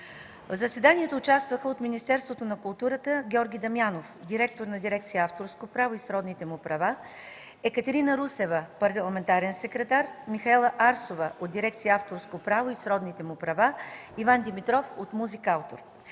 В заседанието участваха от Министерството на културата: Георги Дамянов – директор на дирекция „Авторско право и сродните му права, Екатерина Русева – парламентарен секретар, Михаела Арсова – от дирекция „Авторско право и сродните му права”, Иван Димитров от Музикаутор.